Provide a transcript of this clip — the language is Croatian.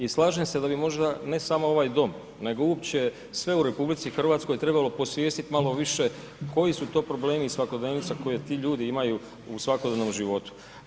I slažem se da bi možda ne samo ovaj dom nego uopće sve u RH trebalo posvijestiti malo višše koji su to problemi i svakodnevnica koje ti ljudi imaju u svakodnevnom životu.